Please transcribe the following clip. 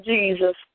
Jesus